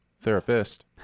therapist